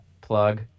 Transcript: plug